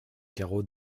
carreaux